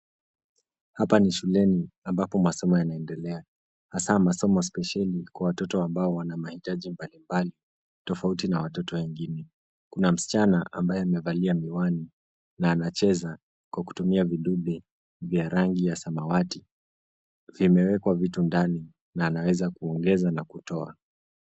Hapa ni shuleni ambapo masomo yanaendelea hasa masomo spesheli kwa watoto ambao wana mahitaji mbalimbali, tofauti na watoto wengine. Kuna msichana ambaye amevalia miwani na anacheza kwa kutumia vidube vya rangi ya samawati. Vimewekwa vitu ndani na anaweza kuongeza na kutoa.